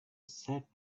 sat